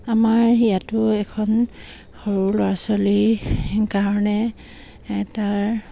আমাৰ ইয়াতো এখন সৰু ল'ৰা ছোৱালীৰ কাৰণে তাৰ